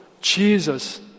Jesus